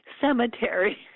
cemetery